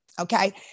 Okay